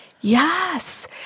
Yes